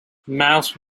mouse